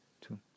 two